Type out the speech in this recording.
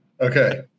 Okay